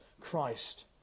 Christ